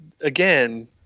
again